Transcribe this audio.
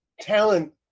talent